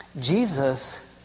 Jesus